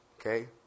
Okay